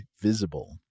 Visible